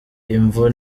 imvo